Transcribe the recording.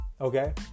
okay